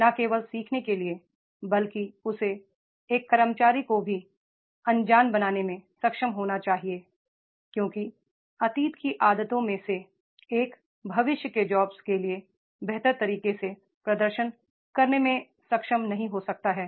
न केवल सीखने के लिए बल्कि उसे एक कर्मचारी को भी अनजान बनाने में सक्षम होना चाहिए क्योंकि अतीत की आदतों में से एक भविष्य के जॉब्स के लिए बेहतर तरीके से प्रदर्शन करने में सक्षम नहीं हो सकता है